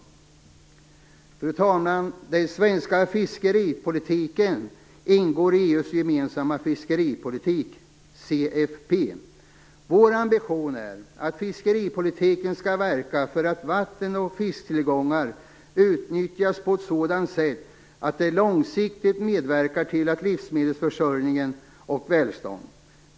Fru talman! Den svenska fiskeripolitiken ingår i EU:s gemensamma fiskeripolitik, CFP. Vår ambition är att fiskeripolitiken skall verka för att vatten och fisktillgångar utnyttjas på sådant sätt att de långsiktigt medverkar till livsmedelsförsörjning och välstånd.